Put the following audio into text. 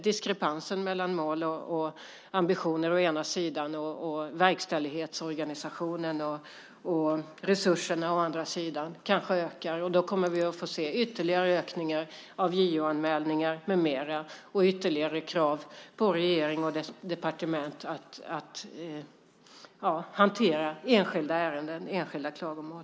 Diskrepansen mellan mål och ambitionen å ena sidan och verkställighetsorganisationen och resurserna å andra sidan kanske ökar, och då kommer vi att få se ytterligare en ökning av JO-anmälningar med mera och ytterligare krav på regeringen och dess departement att hantera enskilda ärenden, enskilda klagomål.